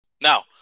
Now